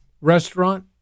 restaurant